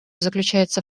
заключается